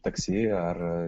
taksi ar